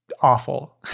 awful